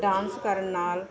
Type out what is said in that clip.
dance ਕਰਨ ਨਾਲ